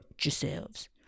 yourselves